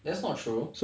that's not true